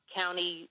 county